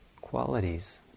qualities